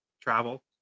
travel